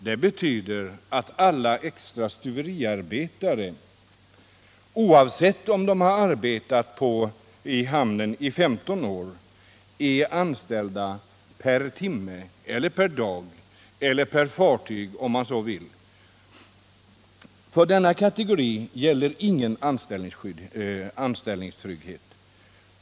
Det betyder att alla extra stuveriarbetare, även om de har arbetat i hamnen i 15 år, är anställda per timme eller per dag — eller per fartyg om man så vill. För denna arbetarkategori gäller ingen anställningstrygghet.